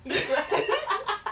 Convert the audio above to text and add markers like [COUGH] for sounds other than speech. [LAUGHS]